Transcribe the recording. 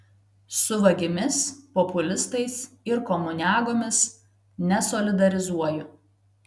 su vagimis populistais ir komuniagomis nesolidarizuoju